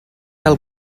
del